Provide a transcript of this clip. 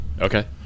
Okay